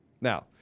Now